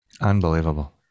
Unbelievable